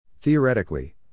Theoretically